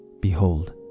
Behold